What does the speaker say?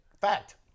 Fact